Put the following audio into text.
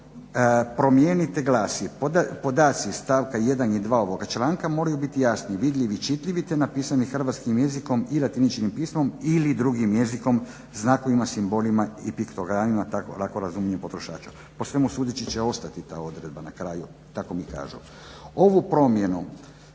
4. promijeni te glasi: "Podaci iz stavka 1. i 2. ovoga članka moraju biti jasni, vidljivi, čitljivi te napisani hrvatskim jezikom i latiničnim pismom ili drugim jezikom, znakovima, simbolima i piktogramima lako razumljivim potrošaču." Po svemu sudeći će ostati ta odredba na kraju, tako mi kažu.